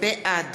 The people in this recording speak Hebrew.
בעד